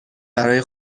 برای